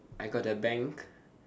I got the bank